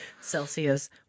Celsius